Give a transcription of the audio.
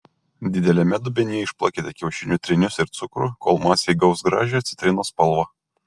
dideliame dubenyje išplakite kiaušinių trynius ir cukrų kol masė įgaus gražią citrinos spalvą